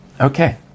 Okay